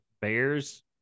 Bears